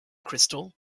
crystal